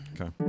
Okay